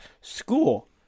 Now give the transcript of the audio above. school